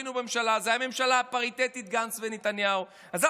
זו הייתה הממשלה עם גנץ, לא